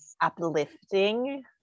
uplifting